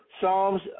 Psalms